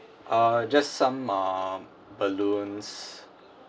uh just some uh balloons